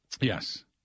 Yes